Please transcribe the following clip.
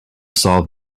solve